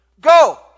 go